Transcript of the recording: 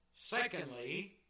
secondly